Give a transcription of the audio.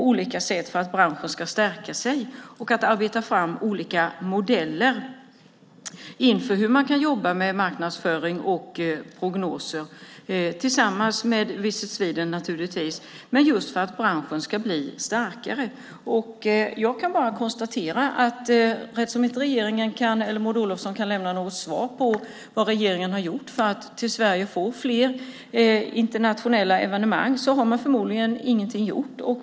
Olika modeller ska arbetas fram för hur man kan jobba med marknadsföring och prognoser - naturligtvis tillsammans med Visit Sweden. Det är för att branschen ska bli starkare. Eftersom Maud Olofsson inte kan lämna något svar på vad regeringen har gjort för att till Sverige få fler internationella evenemang, har man förmodligen ingenting gjort.